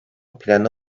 planı